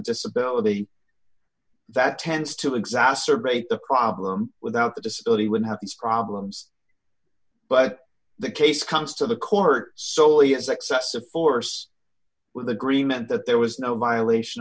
disability that tends to exacerbate the problem without the disability would have these problems but the case comes to the court solely as excessive force with agreement that there was no violation